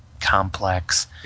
complex